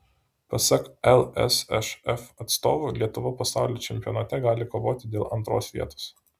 pasak lsšf atstovų lietuva pasaulio čempionate gali kovoti dėl antros vietos